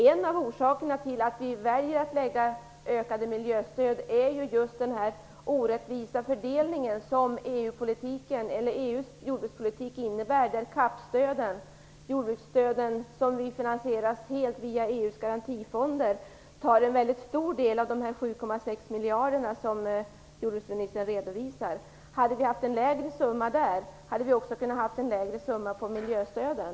En av orsakerna till att vi väljer att lägga förslag om ökade miljöstöd är just den orättvisa fördelningen som EU:s jordbrukspolitik innebär, där CAP EU:s garantifonder tar en väldigt stor del av de 7,6 miljarder som jordbruksministern redovisar. Hade vi haft en lägre summa där, hade vi också kunnat ha en lägre summa för miljöstöden.